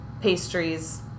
pastries